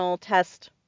test